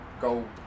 go